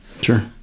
sure